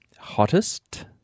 Hottest